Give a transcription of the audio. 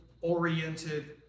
oriented